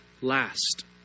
last